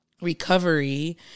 recovery